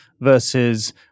versus